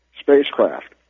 spacecraft